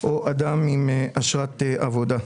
או אדם עם אשרת עבודה.